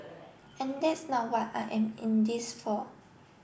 and this now what I am in this for